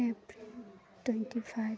April twenty five